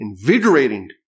invigorating